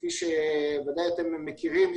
כפי שאתם מכירים.